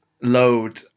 load